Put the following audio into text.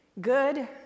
Good